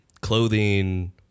clothing